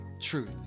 truth